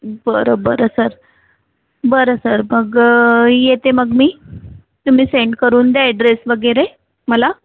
बरं बरं सर बरं सर मग येते मग मी तुम्ही सेंड करून द्या एड्रेस वगैरे मला